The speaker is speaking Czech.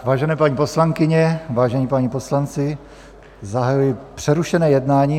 Vážené paní poslankyně, vážení páni poslanci, zahajuji přerušené jednání.